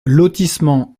lotissement